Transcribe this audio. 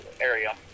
area